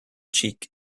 cheek